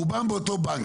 רובם באותו בנק,